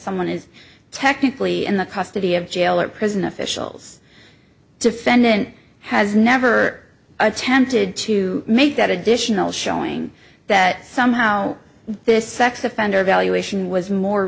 someone is technically in the custody of jail or prison officials defendant has never attempted to make that additional showing that somehow this sex offender evaluation was more